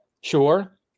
sure